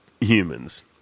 humans